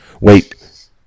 Wait